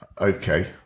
Okay